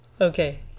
Okay